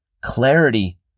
Clarity